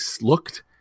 looked